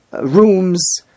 rooms